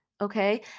okay